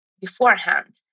beforehand